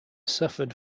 suffered